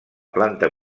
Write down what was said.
planta